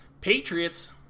Patriots